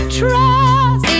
trust